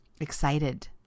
excited